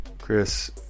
Chris